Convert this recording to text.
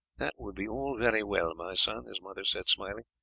that would be all very well, my son, his mother said smiling,